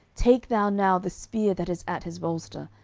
take thou now the spear that is at his bolster,